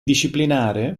disciplinare